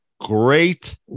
great